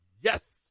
yes